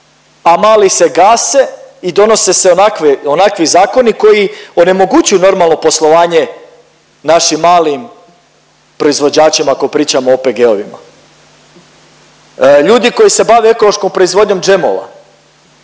a mali se gase i donose se onakve, onakvi zakoni koji onemogućuje normalno poslovanje našim malim proizvođačima, ako pričamo o OPG-ovima. Ljudi koji se bave ekološkom proizvodnjom džemova,